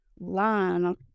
Line